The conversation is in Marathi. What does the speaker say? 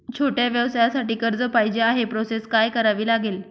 छोट्या व्यवसायासाठी कर्ज पाहिजे आहे प्रोसेस काय करावी लागेल?